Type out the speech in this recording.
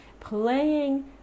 playing